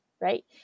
right